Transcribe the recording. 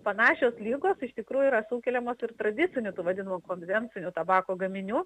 panašios ligos iš tikrųjų yra sukeliamos ir tradiciniu tų vadinamu konvenciniu tabako gaminių